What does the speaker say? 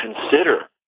consider